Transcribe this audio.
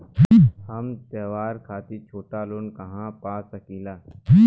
हम त्योहार खातिर छोटा लोन कहा पा सकिला?